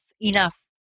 enough